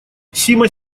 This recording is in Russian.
сима